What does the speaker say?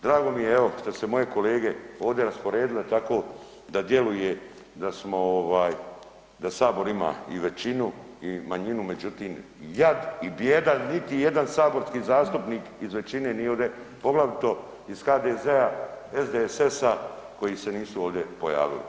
Drago mi je evo šta su se moje kolege ovdje rasporedile tako da djeluje da smo, da Sabor ima i većinu i manjinu međutim, rad i bijeda jer niti jedan saborski zastupnik iz većine nije ovde, poglavito iz HDZ-a, SDSS-a koji se nisu ovde pojavili.